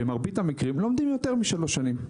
במרבית המקרים,